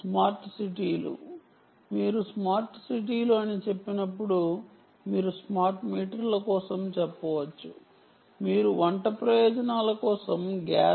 smart సిటీలు మీరు smart సిటీలు అని చెప్పినప్పుడు మీరు స్మార్ట్ మీటర్ల కోసం చెప్పవచ్చు మీరు వంట ప్రయోజనాల కోసం గ్యాస్